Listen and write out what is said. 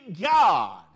God